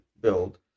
build